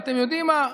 ואתם יודעים מה,